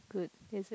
good is it